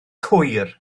hwyr